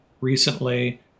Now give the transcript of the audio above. recently